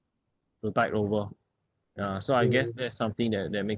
to bide over ya so I guess there's something that that makes